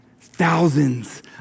thousands